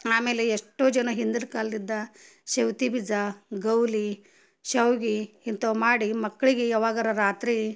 ಆಮೇಲೆ ಎಷ್ಟೋ ಜನ ಹಿಂದಿರ್ ಕಾಲ್ದಿದ್ದ ಶೌತಿ ಬೀಜ ಗೌಲಿ ಶಾವ್ಗಿ ಇಂತವ್ ಮಾಡಿ ಮಕ್ಳಿಗೆ ಯಾವಾಗರ ರಾತ್ರಿ